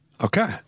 Okay